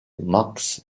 marx